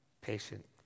patient